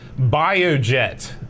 Biojet